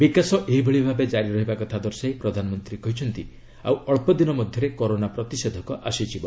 ବିକାଶ ଏହିଭଳି ଭାବେ ଜାରି ରହିବା କଥା ଦର୍ଶାଇ ପ୍ରଧାନମନ୍ତ୍ରୀ କହିଛନ୍ତି ଆଉ ଅଳ୍ପ ଦିନ ମଧ୍ୟରେ କରୋନା ପ୍ରତିଷେଧକ ଆସିଯିବ